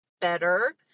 better